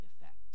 effect